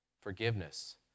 forgiveness